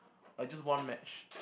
I just want match